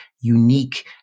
unique